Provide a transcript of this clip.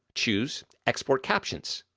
choose export captions.